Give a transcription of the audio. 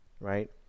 right